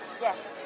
Yes